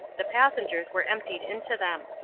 the passengers were emptied into them.